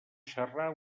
xarrar